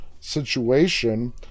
situation